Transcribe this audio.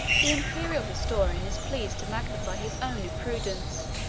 the imperial historian is pleased to magnify his own imprudence,